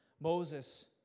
Moses